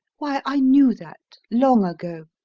why, i knew that, long ago.